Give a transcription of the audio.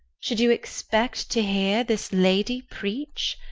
should you expect to hear this lady preach?